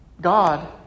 God